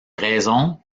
raisons